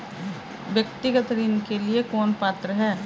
व्यक्तिगत ऋण के लिए कौन पात्र है?